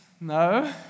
No